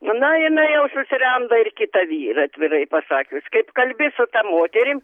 na jinai jau susiranda ir kitą vyrą atvirai pasakius kaip kalbi su ta moterim